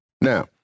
Now